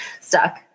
stuck